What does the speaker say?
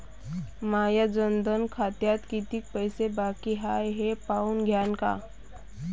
माया जनधन खात्यात कितीक पैसे बाकी हाय हे पाहून द्यान का?